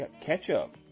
ketchup